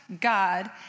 God